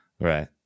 Right